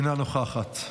אינה נוכחת.